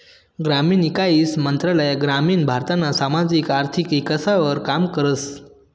ग्रामीण ईकास मंत्रालय ग्रामीण भारतना सामाजिक आर्थिक ईकासवर काम करस